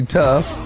tough